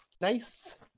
nice